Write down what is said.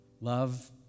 Love